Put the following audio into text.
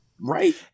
right